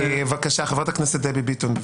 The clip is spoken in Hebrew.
בבקשה, חברת הכנסת דבי ביטון.